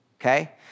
okay